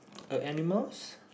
a animals